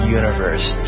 universe